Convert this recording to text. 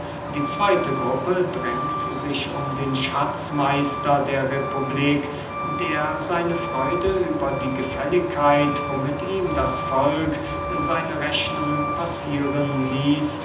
die zweyte gruppe drängt sich um den schatzmeister der republik der seine freude über die gefälligkeit womit ihm das volk seine rechnungen passieren ließ